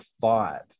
five